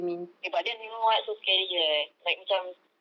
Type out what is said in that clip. eh but then you know what so scary leh like macam